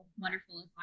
wonderful